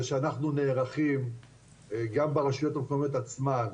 זה שאנחנו נערכים גם ברשויות המקומיות עצמן,